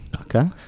Okay